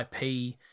IP